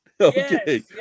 Okay